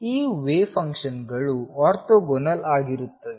ಈ ವೇವ್ ಫಂಕ್ಷನ್ಗಳು ಆರ್ಥೋಗೋನಲ್ ಆಗಿರುತ್ತವೆ